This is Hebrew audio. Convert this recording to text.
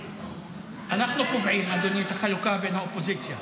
אנחנו קובעים, אדוני, את החלוקה בין האופוזיציה.